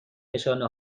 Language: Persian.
نشانه